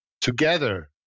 together